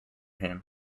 him